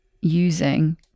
using